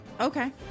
Okay